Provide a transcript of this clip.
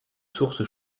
source